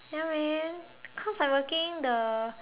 ya man cause I working the